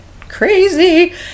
crazy